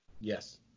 Yes